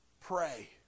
pray